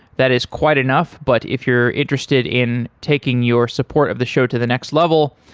that is quite enough, but if you're interested in taking your support of the show to the next level,